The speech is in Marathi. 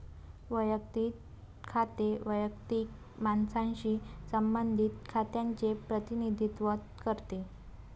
वैयक्तिक खाते वैयक्तिक मानवांशी संबंधित खात्यांचे प्रतिनिधित्व करते